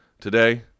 today